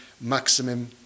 Maximum